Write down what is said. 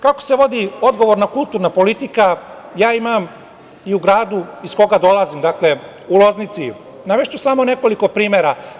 Kako se vodi odgovorna kulturna politika, ja imam i u gradu iz koga dolazim, u Loznici, navešću samo nekoliko primera.